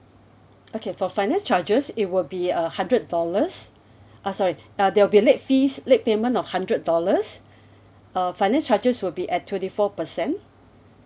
okay for finance charges it will be a hundred dollars uh sorry uh there'll be late fees late payment of hundred dollars uh finance charges will be at twenty four percent